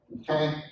okay